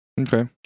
Okay